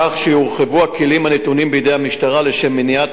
כך שיורחבו הכלים הנתונים בידי המשטרה לשם מניעת